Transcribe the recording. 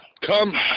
come